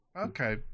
Okay